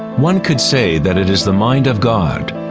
one could say that it is the mind of god.